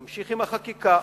נמשיך עם החקיקה,